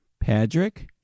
Patrick